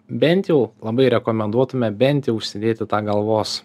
bent jau labai rekomenduotume bent jau užsidėti tą galvos